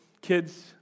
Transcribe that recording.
kids